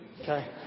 Okay